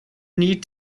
need